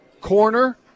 corner